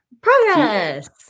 Progress